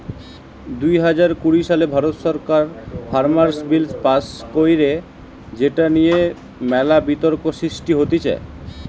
দুই হাজার কুড়ি সালে ভারত সরকার ফার্মার্স বিল পাস্ কইরে যেটা নিয়ে মেলা বিতর্ক সৃষ্টি হতিছে